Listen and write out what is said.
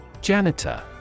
Janitor